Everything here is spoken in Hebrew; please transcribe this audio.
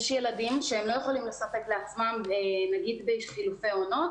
יש ילדים שהם לא יכולים לספק לעצמם נגיד בחילופי עונות,